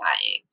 dying